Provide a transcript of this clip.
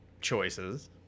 choices